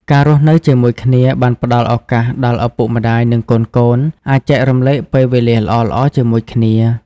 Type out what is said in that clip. ការរស់នៅជាមួយគ្នា បានផ្ដល់ឱកាសដល់ឪពុកម្តាយ និងកូនៗ អាចចែករំលែកពេលវេលាល្អៗជាមួយគ្នា។